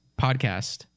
podcast